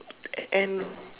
and